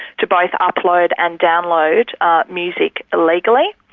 to both upload and download ah music illegally.